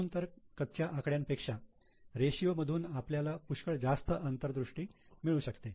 म्हणून तर कच्च्या आकड्यापेक्षा रेषीयो मधून आपल्याला पुष्कळ जास्त अंतर्दृष्टी मिळू शकते